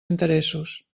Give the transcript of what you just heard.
interessos